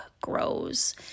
grows